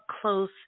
close